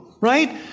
right